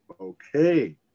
okay